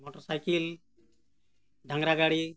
motorcycle ᱰᱟᱝᱨᱟ ᱜᱟᱹᱰᱤ